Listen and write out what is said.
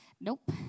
Nope